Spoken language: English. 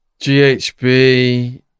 GHB